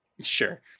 sure